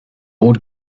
would